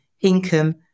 income